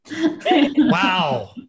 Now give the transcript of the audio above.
Wow